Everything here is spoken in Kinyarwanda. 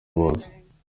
bose